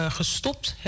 gestopt